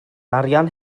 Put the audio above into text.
arian